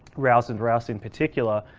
rouse and rouse in particular,